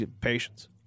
Patience